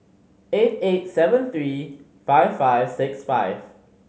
eight eight seven three five five six five